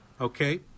Okay